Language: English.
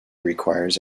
requires